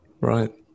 right